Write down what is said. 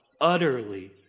utterly